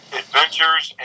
adventures